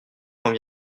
quand